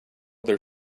their